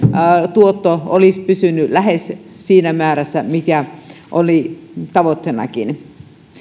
tuotto olisi pysynyt lähes siinä määrässä mikä oli tavoitteenakin